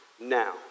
now